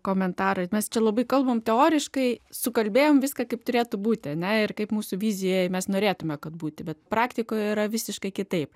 komentarą ir mes čia labai kalbame teoriškai sukalbėjome viską kaip turėtų būti ne ir kaip mūsų vizijai mes norėtumėme kad būti bet praktikoje yra visiškai kitaip